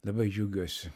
labai džiaugiuosi